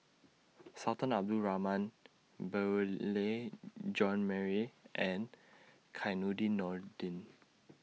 Sultan Abdul Rahman Beurel Jean Marie and Nordin